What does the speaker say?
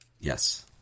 yes